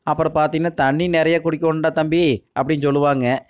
அப்புறம் பார்த்தீங்கன்னா தண்ணி நிறைய குடிக்கணுன்டா தம்பி அப்படின்னு சொல்லுவாங்க